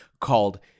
called